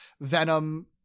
Venom